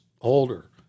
older